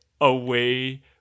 away